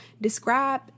describe